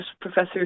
Professor